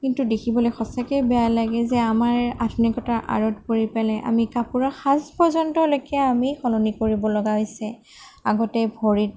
কিন্তু দেখিবলৈ সঁচাকৈ বেয়া লাগে যে আমাৰ আধুনিকতাৰ আঁৰত পৰি পেলাই আমি কাপোৰৰ সাজ পৰ্যন্তলৈকে আমি সলনি কৰিব লগা হৈছে আগতে ভৰিত